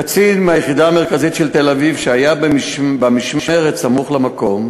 קצין מהיחידה המרכזית של תל-אביב שהיה במשמרת סמוך למקום